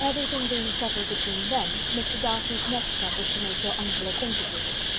every thing being settled between them, mr. darcy's next step was to make your uncle acquainted with it,